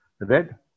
red